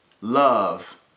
Love